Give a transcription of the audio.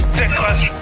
dickless